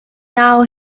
now